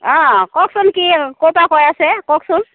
অ কওকচোন কি ক'ৰ পৰা কৈ আছে কওকচোন